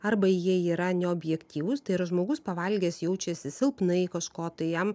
arba jie yra neobjektyvūs tai yra žmogus pavalgęs jaučiasi silpnai kažkotai jam